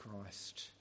Christ